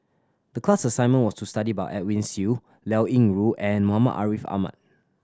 the class assignment was to study about Edwin Siew Liao Yingru and Muhammad Ariff Ahmad